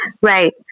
Right